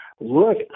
look